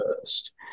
first